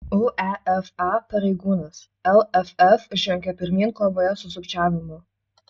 uefa pareigūnas lff žengia pirmyn kovoje su sukčiavimu